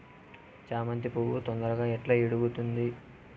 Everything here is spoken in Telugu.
చామంతి పువ్వు తొందరగా ఎట్లా ఇడుగుతుంది?